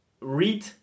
read